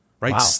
Right